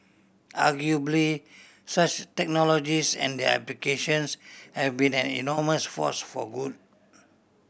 arguably such technologies and their applications have been an enormous force for good